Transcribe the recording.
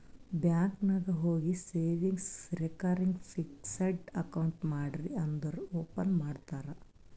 bank ನಾಗ್ ಹೋಗಿ savings, recurring, fixed account ಮಾಡ್ರಿ ಅಂದುರ್ ಓಪನ್ ಮಾಡ್ತಾರ್